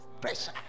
pressure